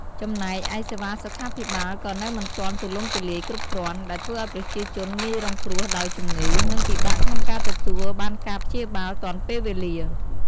ចំណែកឯសេវាសុខាភិបាលក៏នៅមិនទាន់ទូលំទូលាយគ្រប់គ្រាន់ ដែលធ្វើឱ្យប្រជាជនងាយរងគ្រោះដោយជំងឺ និងពិបាកក្នុងការទទួលបានការព្យាបាលទាន់ពេលវេលា។